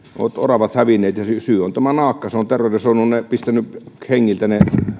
ovat hävinneet ja syy on tämä naakka se on terrorisoinut pistänyt hengiltä